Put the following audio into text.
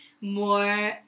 more